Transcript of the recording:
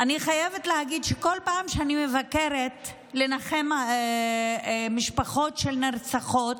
אני חייבת להגיד שבכל פעם שאני מבקרת לנחם משפחות של נרצחות,